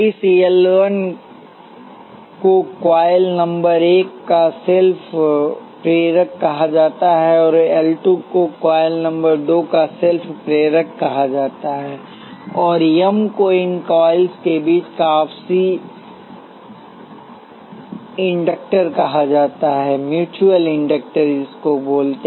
इस L1 को coil नंबर एक का सेल्फ प्रेरक कहा जाता है और L 2 को कॉइल नंबर दो का सेल्फ प्रेरक कहा जाता है और M को इन कॉइल्स के बीच का आपसी इंडक्टरकहा जाता है